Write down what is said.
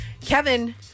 Kevin